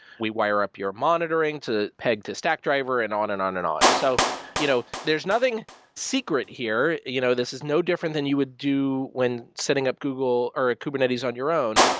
we wire up your monitoring to peg the stack driver and on and on and on. so you know there's nothing secret here. you know this is no different than you would do when setting up google or kubernetes on your own,